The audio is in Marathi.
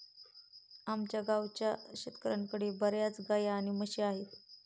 आमच्या गावाच्या शेतकऱ्यांकडे बर्याच गाई आणि म्हशी आहेत